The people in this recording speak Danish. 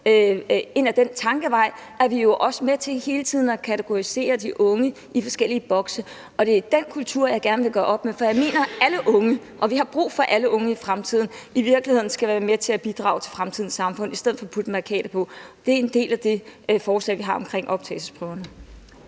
ind på den tankebane, er vi jo også med til hele tiden at kategorisere de unge i forskellige bokse. Det er den kultur, jeg gerne vil gøre op med. For jeg mener, at alle unge – og vi har brug for alle unge i fremtiden – i virkeligheden skal være med til at bidrage til fremtidens samfund i stedet for at få puttet mærkater på sig. Det er en del af det forslag, vi har om optagelsesprøverne.